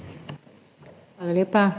Hvala lepa.